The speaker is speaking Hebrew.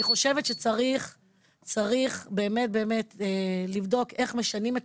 אני חושבת שצריך באמת לבדוק איך משנים את